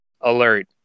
alert